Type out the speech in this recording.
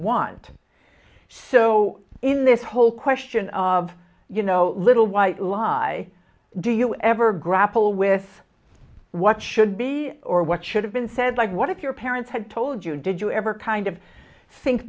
want so in this whole question of you know little white lie do you ever grapple with what should be or what should have been said like what if your parents had told you did you ever kind of think